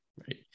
Right